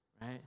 right